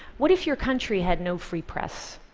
what if your country had no free press?